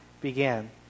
began